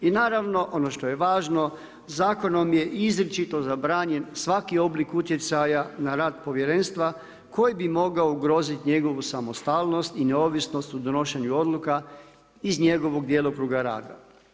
I naravno ono što je važno zakonom je izričito zabranjen svaki oblik utjecaja na rad povjerenstva koji bi mogao ugroziti njegovu samostalnost i neovisnost u donošenju odluka iz njegovog djelokruga rada.